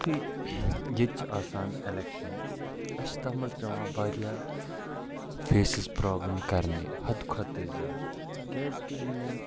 یُتھے ییٚتہٕ چھِ آسان الٮ۪کشَن اَسہِ چھُ تَتھ مَنٛز پٮ۪وان واریاہ فیسِس پروبلَم کَرنہِ حَد کھۄتہٕ تہِ زیاد کیاز کہِ یِم یِم